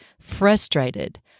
frustrated